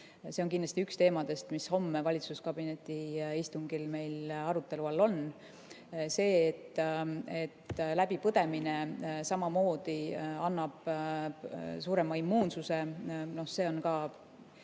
on kindlasti üks teemadest, mis homme valitsuskabineti istungil meil arutelu all on. Seda, et läbipõdemine samamoodi annab suurema immuunsuse, on ka